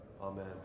Amen